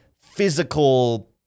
physical